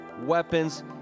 weapons